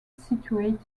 situated